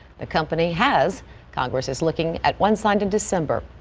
the company has congress is looking at once and in december.